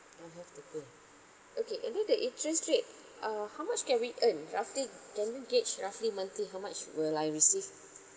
I have to pay okay and then the interest rate uh how much can we earn roughly can we gauge roughly monthly how much will I receive